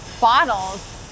bottles